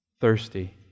thirsty